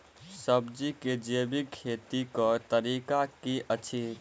सब्जी केँ जैविक खेती कऽ तरीका की अछि?